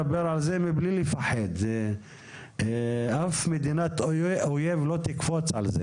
ולא לכתוב את זה בפינת עיתון שאף אחד בכלל לא עוקב אחריו.